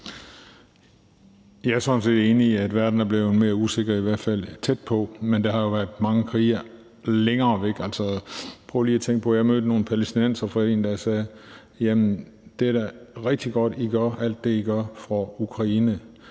Jeg er sådan set enig i, at verden er blevet mere usikker – i hvert fald tæt på. Men der har jo været mange krige længere væk. Prøv lige at tænke på, at jeg mødte nogle palæstinensere forleden, som sagde: Jamen det er da rigtig godt, at I gør alt det, I gør, for Ukraine,